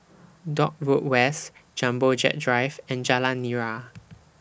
Dock Road West Jumbo Jet Drive and Jalan Nira